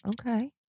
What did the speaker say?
okay